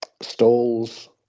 Stalls